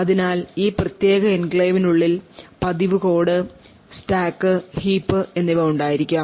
അതിനാൽ ഈ പ്രത്യേക എൻക്ലേവിനുള്ളിൽ പതിവ് കോഡ് സ്റ്റാക്ക് ഹീപ്പ് എന്നിവ ഉണ്ടായിരിക്കാം